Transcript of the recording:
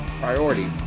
priority